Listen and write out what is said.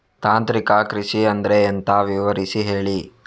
ತಾಂತ್ರಿಕ ಕೃಷಿ ಅಂದ್ರೆ ಎಂತ ವಿವರಿಸಿ ಹೇಳಿ